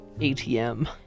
ATM